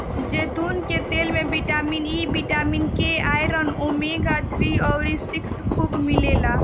जैतून के तेल में vitamin E, vitamin K, iron, omega three अउरी सिक्स खूब मिलेला